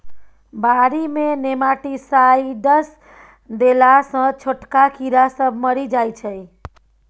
बारी मे नेमाटीसाइडस देला सँ छोटका कीड़ा सब मरि जाइ छै